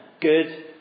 good